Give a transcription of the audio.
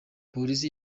polisi